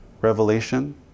revelation